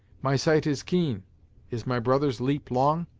my sight is keen is my brother's leap long?